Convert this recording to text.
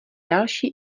další